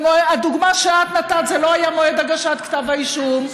בדוגמה שאת נתת לא היה מועד הגשת כתב האישום.